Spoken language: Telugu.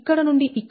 5 మరియు ఇది 2